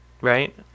Right